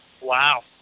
Wow